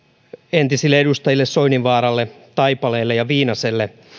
entisille edustajille soininvaaralle taipaleelle ja viinaselle